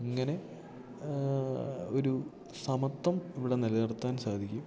ഇങ്ങനെ ഒരു സമത്ത്വം ഇവിടെ നിലനിർത്താൻ സാധിക്കും